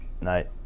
Night